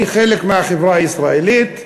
אני חלק מהחברה הישראלית,